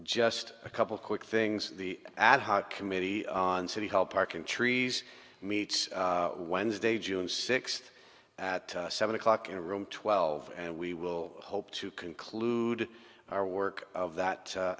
just a couple quick things the ad hoc committee on city hall park and trees meet wednesday june sixth at seven o'clock in the room twelve and we will hope to conclude our work of that a